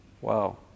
Wow